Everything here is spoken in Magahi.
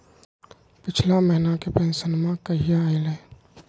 पिछला महीना के पेंसनमा कहिया आइले?